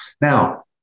Now